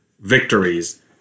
victories